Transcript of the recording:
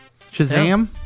Shazam